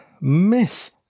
miss